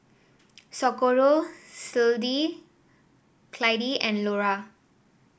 Socorro Clydie and Lora